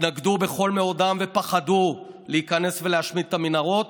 התנגדו בכל מאודם ופחדו להיכנס ולהשמיד את המנהרות,